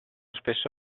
spesso